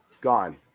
Gone